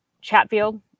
Chatfield